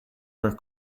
were